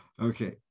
Okay